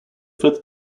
fifth